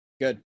Good